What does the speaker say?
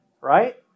Right